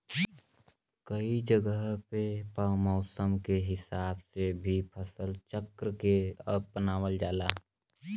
कई जगह पे मौसम के हिसाब से भी फसल चक्र के अपनावल जाला